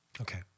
Okay